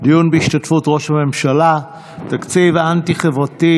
דיון בהשתתפות ראש הממשלה: תקציב אנטי-חברתי,